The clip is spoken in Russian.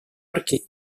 йорке